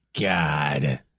God